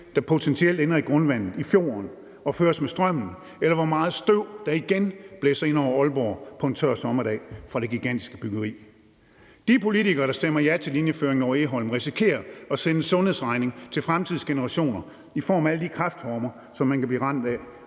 der potentielt ender i grundvandet, i fjorden og føres med strømmen, eller hvor meget støv der igen blæser ind over Aalborg fra det gigantiske byggeri på en tør sommerdag. De politikere, der stemmer ja til linjeføringen over Egholm, risikerer at sende en sundhedsregning til fremtidige generationer i form af alle de kræftformer, som man kan blive ramt af